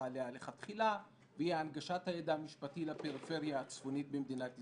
עליה מלכתחילה והיא הנגשת הידע המשפטי לפריפריה הצפונית במדינת ישראל.